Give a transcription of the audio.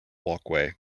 walkway